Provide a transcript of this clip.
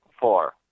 four